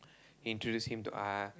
introduce him to us